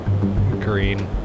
green